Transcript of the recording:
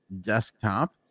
desktop